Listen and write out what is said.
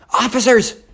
Officers